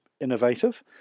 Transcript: innovative